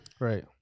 Right